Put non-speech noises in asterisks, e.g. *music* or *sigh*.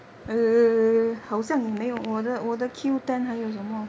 *laughs*